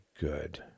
good